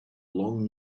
long